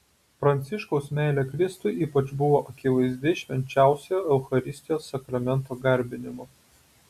pranciškaus meilė kristui ypač buvo akivaizdi švenčiausiojo eucharistijos sakramento garbinimu